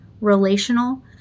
relational